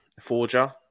forger